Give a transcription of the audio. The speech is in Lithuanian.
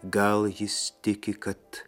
gal jis tiki kad